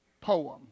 poem